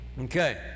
Okay